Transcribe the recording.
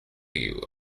you